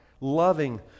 loving